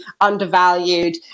undervalued